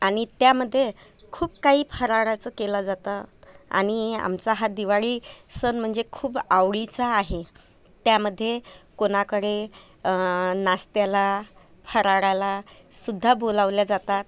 आणि त्यामध्ये खूप काही फराळाचं केला जातं आणि आमचा हा दिवाळी सण म्हणजे खूप आवडीचा आहे त्यामध्ये कुणाकडे नाश्त्याला फराळालासुद्धा बोलावल्या जातात